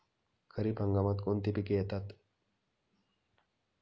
खरीप हंगामात कोणती पिके येतात?